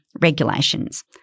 regulations